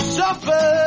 suffer